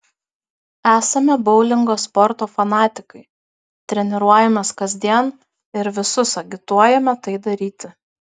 esame boulingo sporto fanatikai treniruojamės kasdien ir visus agituojame tai daryti